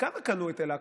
בכמה קנו את אל-אקצא?